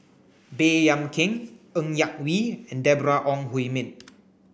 Baey Yam Keng Ng Yak Whee and Deborah Ong Hui Min